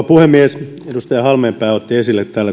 puhemies edustaja halmeenpää otti täällä esille